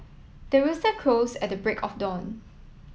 the rooster crows at the break of dawn